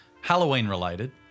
Halloween-related